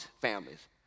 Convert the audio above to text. families